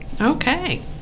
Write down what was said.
Okay